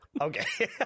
Okay